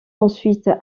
ensuite